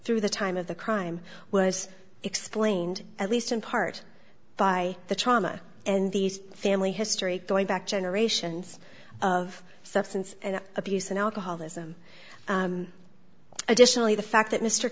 through the time of the crime was explained at least in part by the trauma and these family history going back generations of substance abuse and alcoholism additionally the fact that mr